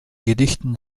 gedichten